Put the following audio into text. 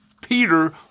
Peter